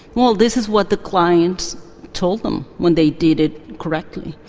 well, this is what the clients told them when they did it correctly.